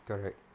correct